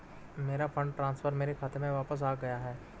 मेरा fund transfer मेरे खाते में वापस आ गया है